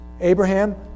Abraham